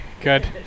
good